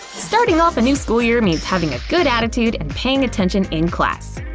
starting off a new school year means having a good attitude and paying attention in class.